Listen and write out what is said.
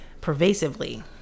pervasively